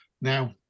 now